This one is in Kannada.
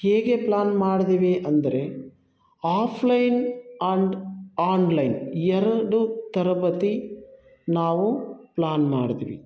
ಹೇಗೆ ಪ್ಲಾನ್ ಮಾಡಿದ್ವಿ ಅಂದರೆ ಆಫ್ಲೈನ್ ಆಂಡ್ ಆನ್ಲೈನ್ ಎರಡು ತರಬೇತಿ ನಾವು ಪ್ಲಾನ್ ಮಾಡಿದ್ವಿ